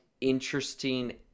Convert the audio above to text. interesting